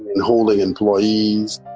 and holding employees.